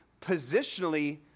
positionally